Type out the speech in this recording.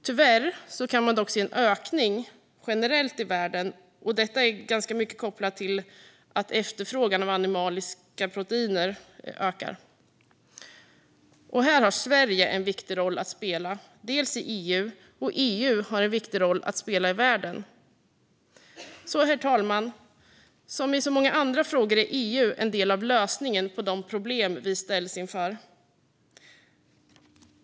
Tyvärr kan man dock se en ökning generellt i världen, och detta är ganska mycket kopplat till att efterfrågan på animaliska proteiner ökar. Här har Sverige en viktig roll att spela bland annat i EU, och EU har en viktig roll att spela i världen. Herr talman! Som i så många andra frågor är EU en del av lösningen på de problem vi ställs inför.